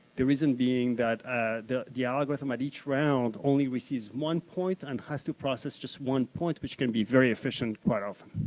the reason being that the the algorithm at each round only receives one point and has to process just one point, which can be very efficient quite often.